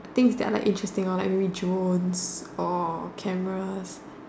things that are like interesting hor like maybe drones or cameras